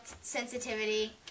sensitivity